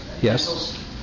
Yes